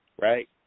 right